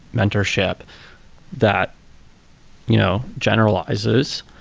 mentorship that you know generalizes.